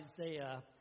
Isaiah